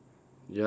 yup